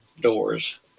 doors